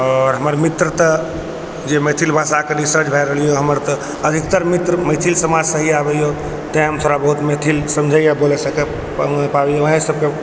आओर हमर मित्र तऽ जे मैथिल भाषाके रिसर्च भऽ रहल अइ हमर तऽ अधिकतर मित्र मैथिल समाजसँ ही आबै अइ तेँ हम थोड़ा बहुत मैथिल समझै या बोलै सकै पाबी वएह सबके